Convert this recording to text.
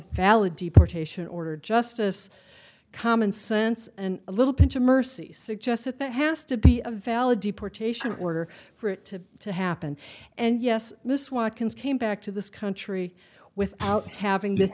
valid deportation order justice common sense and a little pinch of mercy suggests that there has to be a valid deportation order for it to to happen and yes miss watkins came back to this country without having this